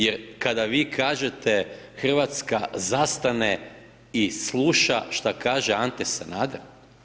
Jer kada vi kažete, Hrvatska zastane i sluša šta kaže Ante Sanader?